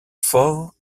fort